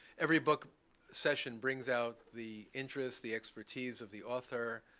every book session brings out the interest, the expertise of the author,